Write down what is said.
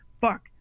fuck